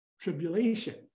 tribulation